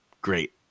great